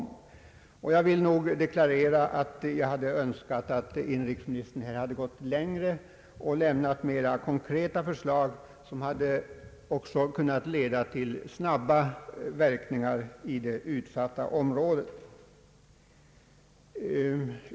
Jag vill nog deklarera att jag önskat att inrikesministern gått längre i sitt svar och lämnat mera konkreta förslag som också kunnat få snabbare verkningar i det utsatta området.